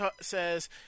says